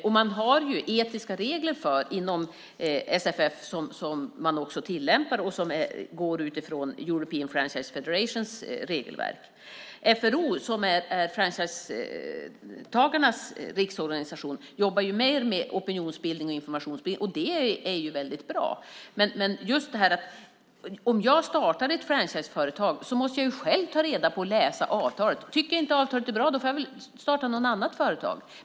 Inom SFF har man etiska regler som man tillämpar och som går ut ifrån European Franchise Federations regelverk. FRO, Franchisetagarnas Riksorganisation, jobbar mer med opinionsbildning och informationsspridning, och det är väldigt bra. Men om jag startar ett franchiseföretag måste jag själv ta reda på och läsa avtalet. Om jag inte tycker att avtalet är bra kan jag starta något annat företag.